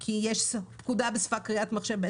כי יש פקודה בשפה קריאת מחשב,